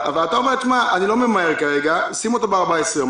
אתה אומר: אני לא ממהר כרגע, שים אותו ב-14 יום.